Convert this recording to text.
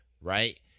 right